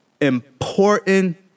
important